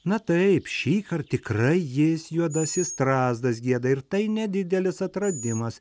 na taip šįkart tikrai jis juodasis strazdas gieda ir tai nedidelis atradimas